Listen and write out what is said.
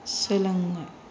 सोलोंनाय